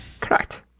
Correct